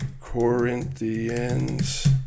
Corinthians